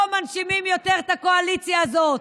לא מנשימים יותר את הקואליציה הזאת.